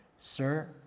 Sir